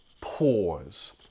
Pause